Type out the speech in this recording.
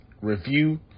review